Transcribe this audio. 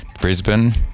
Brisbane